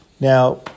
Now